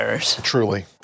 Truly